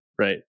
Right